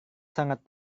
sangat